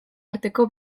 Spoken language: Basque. arteko